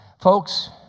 Folks